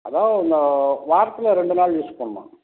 அதுதான் இந்த வாரத்தில் ரெண்டு நாள் யூஸ் பண்ணணும்